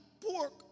pork